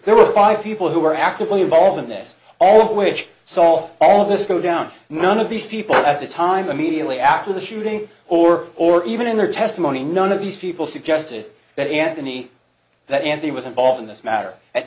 there were five people who were actively involved in this all of which saw all of this go down and none of these people at the time immediately after the shooting or or even in their testimony none of these people suggested that anthony that andy was involved in this matter at